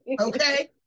okay